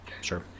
Sure